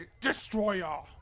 Destroyer